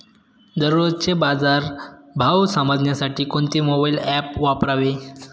दररोजचे बाजार भाव समजण्यासाठी कोणते मोबाईल ॲप वापरावे?